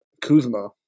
Kuzma